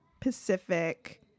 Pacific